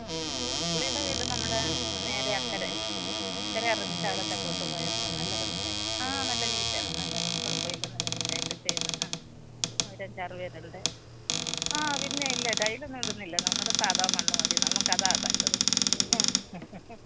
പുള്ളീടെ വീട് നമ്മുടെ നേരെ അക്കരെ അക്കരെ ഇറങ്ങീ ശകലം തെക്കോട്ട് പോയാൽ മതി നല്ല പണിക്കാരാണ് ആ നല്ല നീറ്റാ നല്ലതാ കുഴപ്പമില്ല നല്ല നീറ്റായിട്ട് ചെയ്യുന്ന ആ അവർ അഞ്ച് ആറ് പേരുണ്ട് ആ പിന്നെ ഇല്ല ടൈയിലൊന്നും ഇടുന്നില്ല നമ്മുടെ സാധാരണ മണ്ണ് മതി നമുക്കതാ നല്ലത് ആ